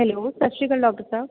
hello ਸਤਿ ਸ਼੍ਰੀ ਅਕਾਲ ਡਾਕਟਰ ਸਾਹਿਬ